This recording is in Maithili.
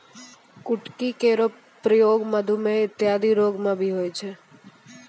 कुटकी केरो प्रयोग मधुमेह इत्यादि रोग म भी होय छै